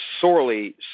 sorely